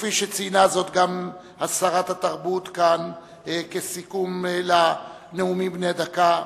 כפי שציינה זאת גם שרת התרבות כסיום לנאומים בני דקה,